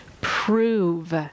prove